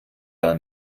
gar